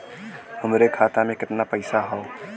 हमरे खाता में कितना पईसा हौ?